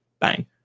Bang